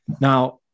Now